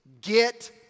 get